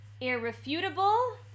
Irrefutable